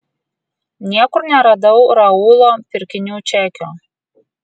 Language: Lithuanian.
niekur neradau raulo pirkinių čekio